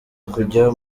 kujya